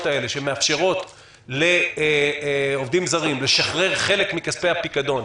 האלה שמאפשרות לעובדים זרים לשחרר חלק מכספי הפיקדון,